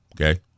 Okay